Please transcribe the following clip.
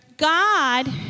God